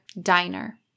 diner